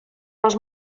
dels